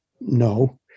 no